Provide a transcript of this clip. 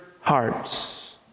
hearts